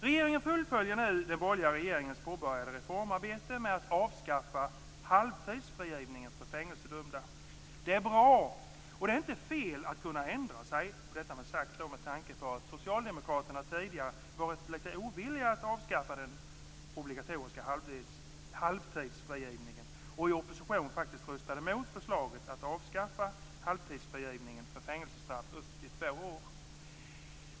Regeringen fullföljer nu den borgerliga regeringens påbörjade reformarbete med att avskaffa halvtidsfrigivningen för fängelsedömda. Detta är bra, och det är inte fel att ändra sig - detta sagt med tanke på att socialdemokraterna tidigare varit litet ovilliga att avskaffa den obligatoriska halvtidsfrigivningen och att de i opposition faktiskt röstade emot förslaget att avskaffa halvtidsfrigivningen vid fängelsestraff upp till två år.